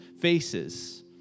faces